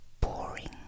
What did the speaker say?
boring